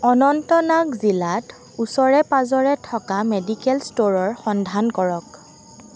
অনন্তনাগ জিলাত ওচৰে পাঁজৰে থকা মেডিকেল ষ্ট'ৰৰ সন্ধান কৰক